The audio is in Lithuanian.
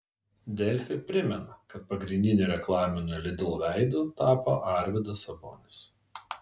delfi primena kad pagrindiniu reklaminiu lidl veidu tapo arvydas sabonis